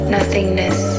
Nothingness